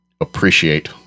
appreciate